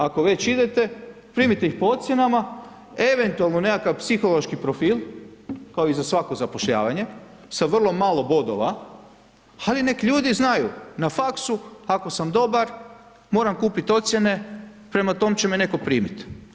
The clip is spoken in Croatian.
Ako već idete, primite ih po ocjenama, eventualno nekakav psihološki profil, kao i za svako zapošljavanje, sa vrlo malo bodova, ali nek ljudi znaju, na faksu ako sam dobar, moram kupiti ocijene, prema tom će me netko primit.